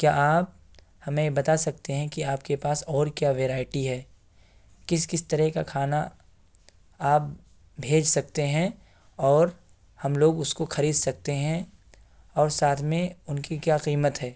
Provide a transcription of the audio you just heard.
کیا آپ ہمیں بتا سکتے ہیں کہ آپ کے پاس اور کیا ویرائٹی ہے کس کس طرح کا کھانا آپ بھیج سکتے ہیں اور ہم لوگ اس کو خرید سکتے ہیں اور ساتھ میں ان کی کیا قیمت ہے